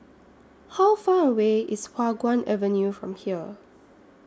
How Far away IS Hua Guan Avenue from here